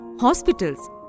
hospitals